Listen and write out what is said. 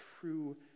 true